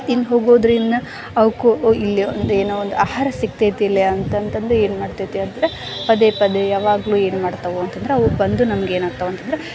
ತಿಂದು ಹೋಗೋದರಿಂದ ಅವಕ್ಕೂ ಇಲ್ಲಿ ಒಂದು ಏನೋ ಒಂದು ಆಹಾರ ಸಿಗ್ತೈತಿ ಇಲ್ಲಿ ಅಂತಂತಂದು ಏನು ಮಾಡ್ತೈತಿ ಅಂದ್ರೆ ಪದೇ ಪದೇ ಯಾವಾಗ್ಲೂ ಇದು ಮಾಡ್ತವೆ ಅಂತಂದ್ರೆ ಅವು ಬಂದು ನಮ್ಗೇನಾಗ್ತವೆ ಅಂತಂದ್ರೆ